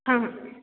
हां हां